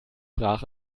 brach